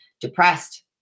depressed